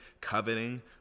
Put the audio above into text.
coveting